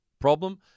problem